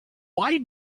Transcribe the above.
why